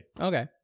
Okay